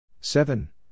seven